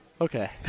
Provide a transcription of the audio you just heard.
Okay